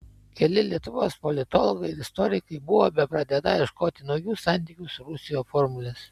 keli lietuvos politologai ir istorikai buvo bepradedą ieškoti naujų santykių su rusija formulės